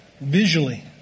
visually